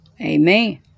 Amen